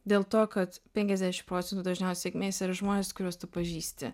dėl to kad penkiasdešim procentų dažniausia sėkmės yra žmonės kuriuos tu pažįsti